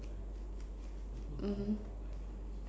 mmhmm